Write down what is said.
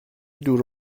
دور